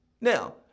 Now